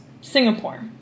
Singapore